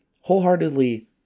wholeheartedly